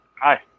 hi